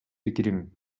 пикирим